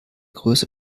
größte